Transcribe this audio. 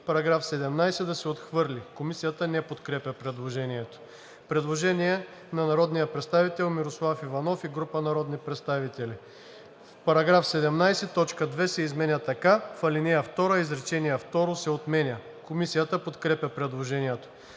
§ 17 да се отхвърли. Комисията не подкрепя предложението. Предложение на народния представител Мирослав Иванов и група народни представители: „В § 17 т. 2 се изменя така: „В ал. 2 изречение второ се отменя.“ Комисията подкрепя предложението.